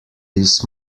this